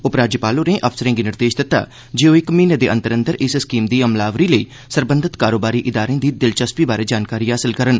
उपराज्यपाल होरें अफसरें गी निर्देश दित्ता जे ओह् इक म्हीने दे अंदर अंदर इस स्कीम दी अलमावरी लेई सरबंधत कारोबारी इदारें दी दिलचस्पी बारै जानकारी हासल करन